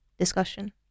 discussion